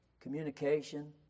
communication